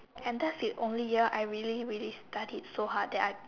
and that's the only year I really really studied so hard that